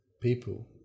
people